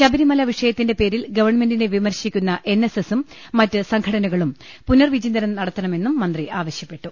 ശബരിമല വിഷയത്തിന്റെ പേരിൽ ഗവൺമെന്റിനെ വിമർശിക്കുന്ന എൻ എസ് എസ്സും മറ്റ് സംഘടനകളും പുനർവിചിന്തനം നടത്ത ണമെന്നും മന്ത്രി ആവശ്യപ്പെട്ടു